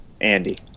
Andy